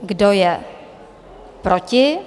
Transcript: Kdo je proti?